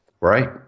right